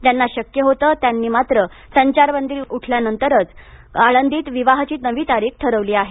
ज्यांना शक्य होते त्यांनी मात्र संचारबंदी उठल्यानंतरच्या काळात आळंदीतच विवाहाची नवी तारीख ठरवली आहे